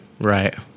right